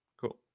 cool